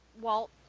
Walt